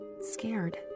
scared